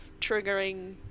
triggering